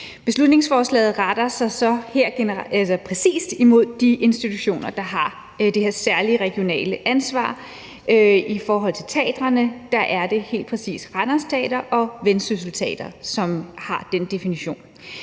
Beslutningsforslaget retter sig så præcist imod de institutioner, der har det her særlige regionale ansvar. I forhold til teatrene er det helt præcis Randers Teater og Vendsyssel Teater, som har den definition.